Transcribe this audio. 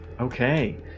Okay